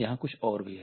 यहाँ कुछ और भी है